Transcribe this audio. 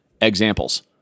examples